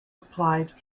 applied